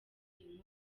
inkongi